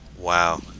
wow